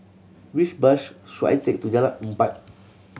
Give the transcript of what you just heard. which bus to Jalan Empat